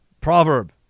proverb